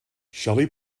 shelly